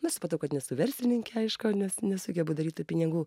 na supratau kad nesu verslininkė aišku nes nesugebu daryti pinigų